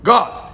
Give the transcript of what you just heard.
God